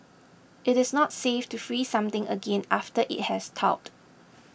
it is not safe to freeze something again after it has thawed